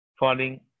Falling